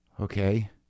Okay